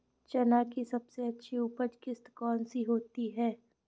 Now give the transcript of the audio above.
चना की सबसे अच्छी उपज किश्त कौन सी होती है?